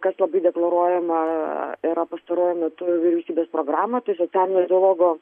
kas labai deklaruojama yra pastaruoju metu vyriausybės programa tai socialinio dialogo